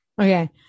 okay